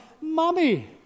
mommy